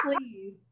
please